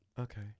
Okay